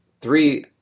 three